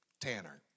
Tanner